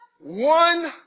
one